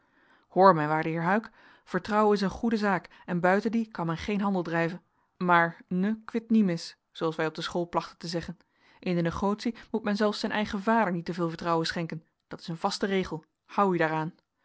hoor mijn waarde heer huyck vertrouwen is een goede zaak en buiten die kan men geen handel drijven maar ne quid nimis zooals wij op de school plachten te zeggen in de negotie moet men zelfs zijn eigen vader niet te veel vertrouwen schenken dat is een vaste regel hou u daaraan